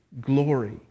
glory